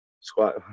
Squat